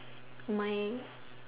my